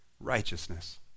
righteousness